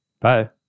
Bye